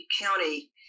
county